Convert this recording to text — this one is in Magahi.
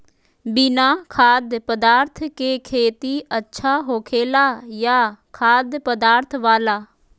बिना खाद्य पदार्थ के खेती अच्छा होखेला या खाद्य पदार्थ वाला?